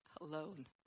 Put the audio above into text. alone